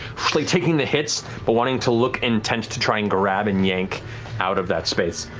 taking the hits, but wanting to look intent to try and grab and yank out of that space.